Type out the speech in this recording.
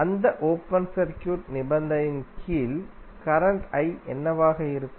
அந்த open circuit நிபந்தனையின் கீழ் கரண்ட் I என்னவாக இருக்கும்